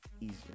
easier